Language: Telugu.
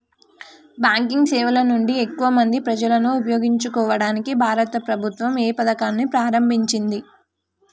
బ్యాంకింగ్ సేవల నుండి ఎక్కువ మంది ప్రజలను ఉపయోగించుకోవడానికి భారత ప్రభుత్వం ఏ పథకాన్ని ప్రారంభించింది?